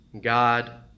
God